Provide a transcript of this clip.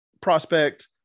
prospect